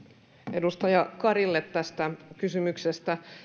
edustaja karille tästä kysymyksestä